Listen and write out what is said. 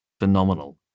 phenomenal